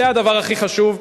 זה הדבר הכי חשוב.